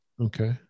Okay